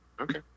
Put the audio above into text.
Okay